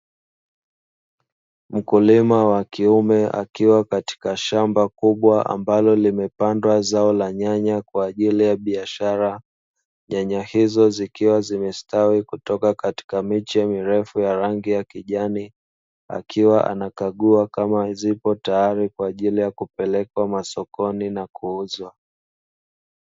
Mkulima wa kiume akiwa katika shamba kubwa ambalo limepandwa zao la nyanya kwa ajili ya biashara, nyanya hizo zikiwa zimestawi kutoka katika miche mirefu ya rangi ya kijani akiwa anakagua kama ziko tayari kwa ajili ya kupelekwa masokoni na kuuzwa.